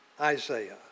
Isaiah